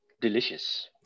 delicious